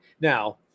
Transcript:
now